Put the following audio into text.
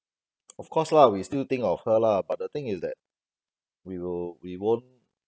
of course lah we still think of her lah but the thing is that we will we won't